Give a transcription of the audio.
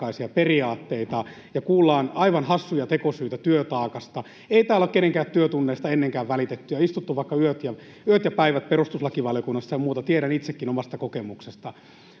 ja kuullaan aivan hassuja tekosyitä työtaakasta. Ei täällä ole kenenkään työtunneista ennenkään välitetty ja on istuttu vaikka yöt ja päivät perustuslakivaliokunnassa ja muuta. Tiedän itsekin omasta kokemuksesta.